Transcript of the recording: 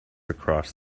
across